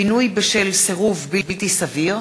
(פינוי בשל סירוב בלתי סביר),